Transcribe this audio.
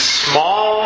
small